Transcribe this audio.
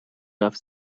رفت